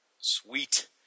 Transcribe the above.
Sweet